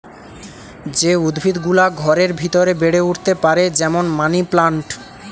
যে উদ্ভিদ গুলা ঘরের ভিতরে বেড়ে উঠতে পারে যেমন মানি প্লান্ট